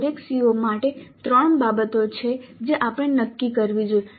દરેક CO માટે ત્રણ બાબતો છે જે આપણે નક્કી કરવી જોઈએ